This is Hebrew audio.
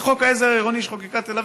בחוק העזר העירוני שחוקקה תל אביב שלא יוכלו,